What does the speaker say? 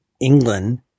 England